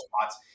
spots